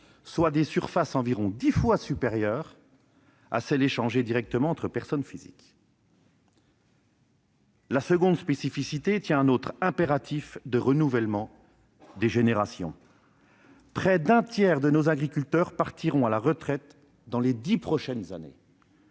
et 90 hectares, environ dix fois supérieures à celles qui sont échangées directement entre personnes physiques. La seconde spécificité tient à l'impératif de renouvellement des générations. Alors que près d'un tiers de nos agriculteurs partiront à la retraite dans les dix prochaines années,